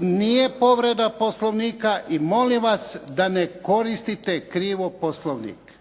Nije povreda Poslovnika i molim vas da ne koristite krivo Poslovnik.